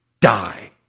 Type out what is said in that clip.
die